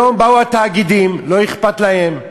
היום באו התאגידים, לא אכפת להם,